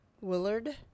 Willard